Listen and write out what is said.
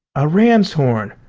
a ram's horn!